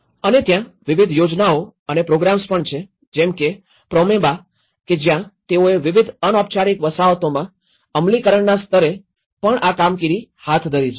અને ત્યાં વિવિધ યોજનાઓ અને પ્રોગ્રામ્સ પણ છે જેમ કે પ્રોમેબા કે જ્યાં તેઓએ વિવિધ અનૌપચારિક વસાહતોમાં અમલીકરણના સ્તરે પણ આ કામગીરી હાથ ધરી છે